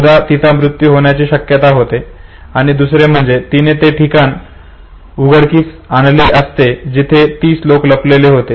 बहुधा तिचा मृत्यू होण्याची शक्यता होती आणि दुसरे म्हणजे तिने ते ठिकाण उघडकीस आणले असते जेथे तीस लोक लपलेले होते